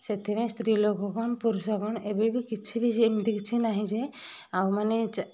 ସେଥିପାଇଁ ସ୍ତ୍ରୀ ଲୋକ କ'ଣ ପୁରୁଷ କ'ଣ ଏବେ ବି କିଛି ବି ସେମତି କିଛି ନାହିଁ ଯେ ଆଉ ମାନେ ଚା